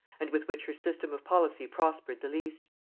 and with which her system of policy prospered the least.